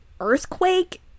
earthquake